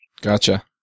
Gotcha